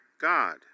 God